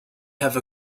have